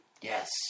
Yes